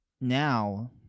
now